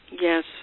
Yes